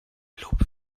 lob